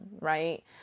right